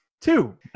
Two